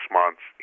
months